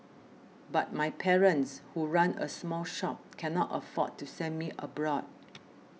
but my parents who run a small shop cannot afford to send me abroad